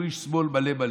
והוא איש שמאל מלא מלא.